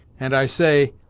and i say,